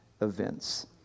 events